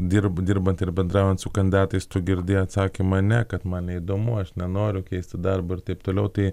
dirb dirbant ir bendraujant su kandidatais tu girdi atsakymą ne kad man neįdomu aš nenoriu keisti darbo ir taip toliau tai